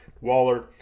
Waller